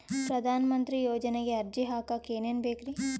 ಪ್ರಧಾನಮಂತ್ರಿ ಯೋಜನೆಗೆ ಅರ್ಜಿ ಹಾಕಕ್ ಏನೇನ್ ಬೇಕ್ರಿ?